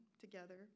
together